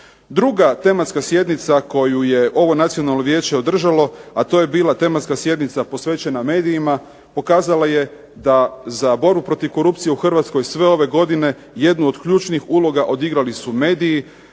Druga tematska sjednica koju je ovo Nacionalno vijeće održalo, a to je bila tematska sjednica posvećena medijima pokazala je da za borbu protiv korupcije u Hrvatskoj sve ove godine jednu od ključnih uloga odigrali su mediji